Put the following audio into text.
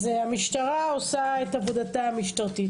המשטרה עושה את עבודתה המשטרתית,